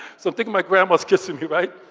so i'm thinking my grandma's kissing me, right.